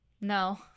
No